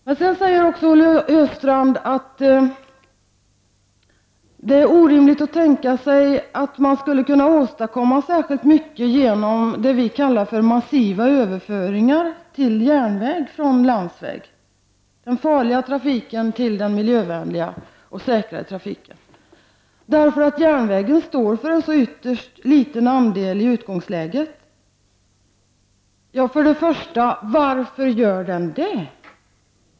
Vidare säger Olle Östrand att det är orimligt att tänka sig att man skulle kunna åstadkomma särskilt mycket genom det vi kallar för massiva överföringar från landsvägen till järnvägen, från den farliga trafiken till den miljövänliga och trafiksäkrare, därför att järnvägen står för en så liten andel i utgångsläget. Varför gör den det?